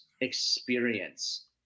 experience